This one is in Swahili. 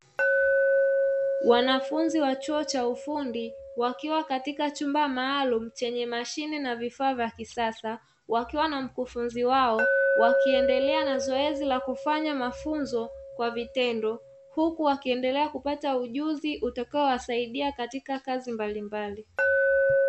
Wanafunzi wa chuo cha ufundi wakiwa katika chumba maalum chenye mashine na vifaa vya kisasa wakiwa na mkufunzi wao wakiendelea na zoezi la kufanya mafunzo kwa vitendo huku wakiendelea kupata ujuzi utakaowasaidia katika kazi mbalimbali.